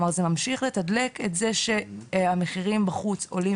כלומר זה מממשיך לתדלק את זה שהמחירים בחוץ עולים